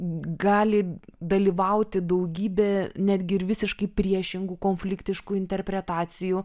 gali dalyvauti daugybė netgi ir visiškai priešingų konfliktiškų interpretacijų